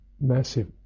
massive